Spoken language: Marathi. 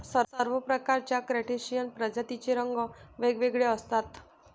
सर्व प्रकारच्या क्रस्टेशियन प्रजातींचे रंग वेगवेगळे असतात